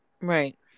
Right